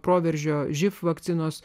proveržio živ vakcinos